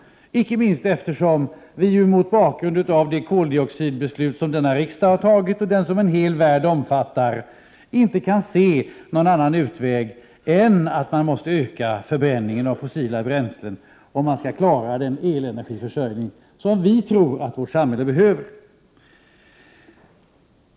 1988/89:59 minst då vi ju mot bakgrund av det koldioxidbeslut som riksdagen har fattat, 1 februari 1989 och som en hel värld omfattar, inte kan se någon annan utväg än att man måste öka förbränningen av fossila bränslen, om man skall klara den elenergiförsörjning som vi tror att vårt samhälle behöver.